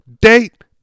date